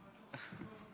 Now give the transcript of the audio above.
טוב,